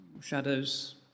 shadows